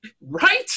right